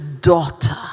daughter